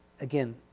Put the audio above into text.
again